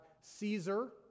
Caesar